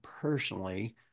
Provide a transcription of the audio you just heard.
personally